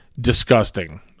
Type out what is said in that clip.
disgusting